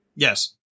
Yes